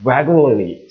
Regularly